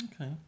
Okay